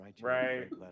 Right